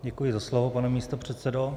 Děkuji za slovo, pane místopředsedo.